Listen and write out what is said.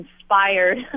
inspired